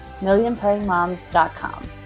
millionprayingmoms.com